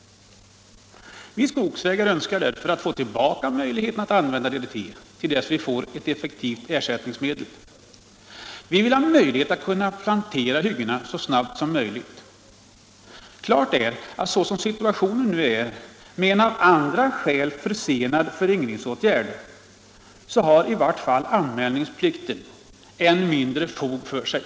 Vi skogsägare önskar därför få tillbaka möjligheten att använda DDT till dess vi får ett effektivt ersättningsmedel. Vi vill ha möjlighet att kunna plantera hyggena så snabbt som möjligt. Klart är att såsom situationen nu är, med en av andra skäl försenad föryngringsåtgärd, har anmälningsplikten än mindre fog för sig.